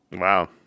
Wow